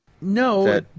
No